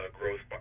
growth